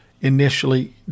initially